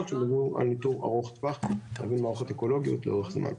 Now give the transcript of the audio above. כשמדברים על ניטור ארוך טווח של מערכות אקולוגיות לאורך זמן.